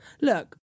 Look